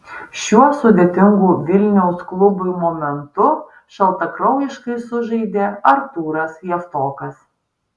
šiuo sudėtingu vilniaus klubui momentu šaltakraujiškai sužaidė artūras javtokas